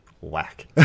whack